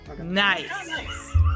Nice